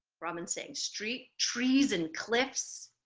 brahmin's saying, street, trees and cliffs.